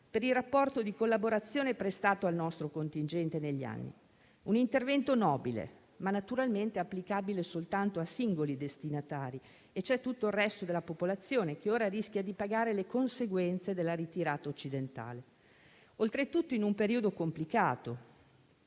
per il rapporto di collaborazione prestato al nostro contingente negli anni: un intervento nobile, ma naturalmente applicabile soltanto a singoli destinatari. E c'è tutto il resto della popolazione, che ora rischia di pagare le conseguenze della ritirata occidentale, oltretutto in un periodo complicato.